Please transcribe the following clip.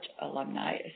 Alumni